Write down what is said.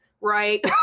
right